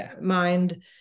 mind